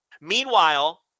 Meanwhile